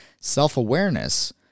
Self-awareness